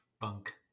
Bunk